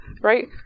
right